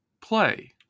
play